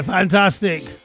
Fantastic